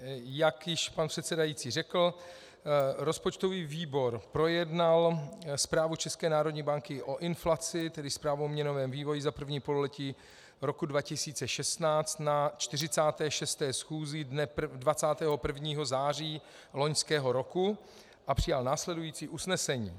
Jak již pan předsedající řekl, rozpočtový výbor projednal Zprávu České národní banky o inflaci, tedy Zprávu o měnovém vývoji za první pololetí roku 2016, na 46. schůzi dne 21. září loňského roku a přijal následující usnesení: